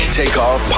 takeoff